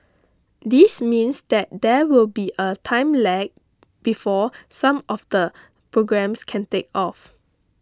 this means that there will be a time lag before some of the programmes can take off